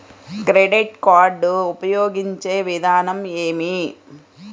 Credit card ఉపయోగించే విధానం ఏమి?